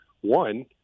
One